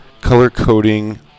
color-coding